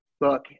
look